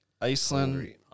Iceland